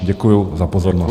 Děkuju za pozornost.